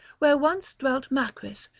where once dwelt macris,